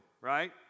right